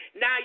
Now